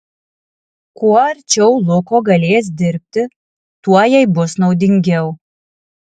kuo arčiau luko galės dirbti tuo jai bus naudingiau